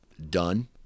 Done